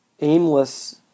aimless